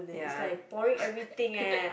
ya